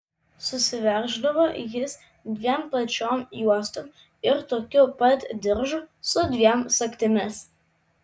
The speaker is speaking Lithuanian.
susiverždavo jis dviem plačiom juostom ir tokiu pat diržu su dviem sagtimis